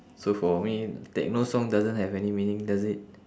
so for me techno song doesn't have any meaning does it